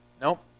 nope